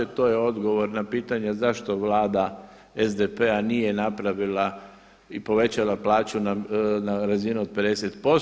To je odgovor na pitanje, zašto vlada SDP-a nije napravila i povećala plaću na razinu od 50%